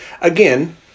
Again